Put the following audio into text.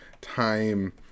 time